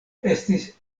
estis